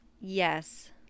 Yes